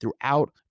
throughout